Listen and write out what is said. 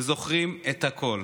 הם זוכרים את הכול.